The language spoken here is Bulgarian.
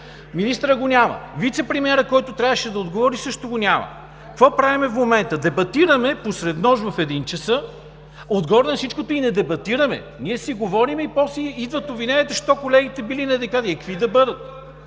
Министърът го няма! Вицепремиерът, който трябваше да отговори, също го няма. Какво правим в момента? Дебатираме посред нощ, в 01,00 ч. Отгоре на всичко и не дебатираме. Ние си говорим и после идват обвиненията защо колегите били неадекватни. Е, какви да бъдат?!